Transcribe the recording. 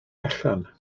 allan